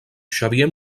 xavier